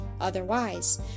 otherwise